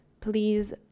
please